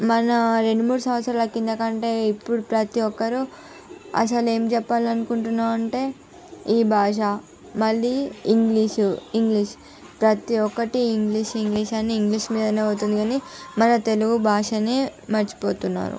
మన రెండు మూడు సంవత్సరాల కింద కంటే ఇప్పుడు ప్రతి ఒక్కరు అసలు ఏమి చెప్పాలి అనుకుంటున్నామంటే ఈ భాష మళ్ళీ ఇంగ్లీష్ ఇంగ్లీష్ ప్రతి ఒక్కటి ఇంగ్లీష్ ఇంగ్లీష్ అని ఇంగ్లీష్ మీదనే పోతుంది కాని మన తెలుగు భాషను మర్చిపోతున్నారు